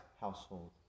household